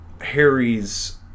Harry's